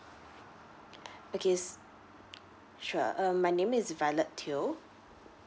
okay s~ sure uh my name is violet teo